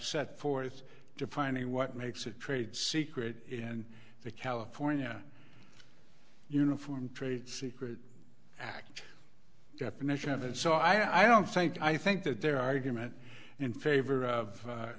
set forth defining what makes a trade secret and the california uniform trade secret act definition of it so i don't think i think that their argument in favor of